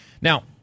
Now